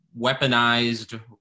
weaponized